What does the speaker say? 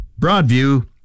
Broadview